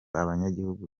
abanyagihugu